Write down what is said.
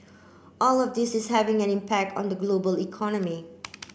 all of this is having an impact on the global economy